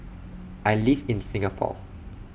I live in Singapore